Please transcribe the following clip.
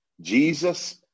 Jesus